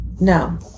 No